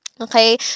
Okay